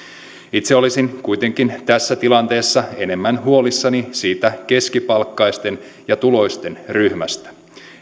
itse olisin kuitenkin tässä tilanteessa enemmän huolissani siitä keskipalkkaisten ja tuloisten ryhmästä